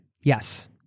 yes